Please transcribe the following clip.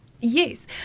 yes